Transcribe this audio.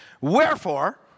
Wherefore